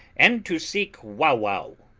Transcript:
and to seek wauwau.